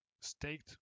staked